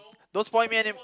don't spoil me any